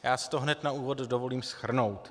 Já si to hned na úvod dovolím shrnout.